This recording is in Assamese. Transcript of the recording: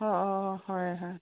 অঁ অঁ হয় হয়